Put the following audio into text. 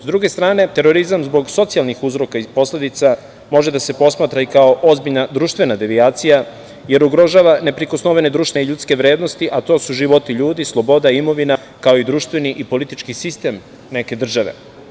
S druge strane, terorizam zbog socijalnih uzroka i posledica može da se posmatra i kao ozbiljna društvena devijacija, jer ugrožava neprikosnovene društvene i ljudske vrednosti, a to su životi ljudi, sloboda, imovina, kao i društveni i politički sistem neke države.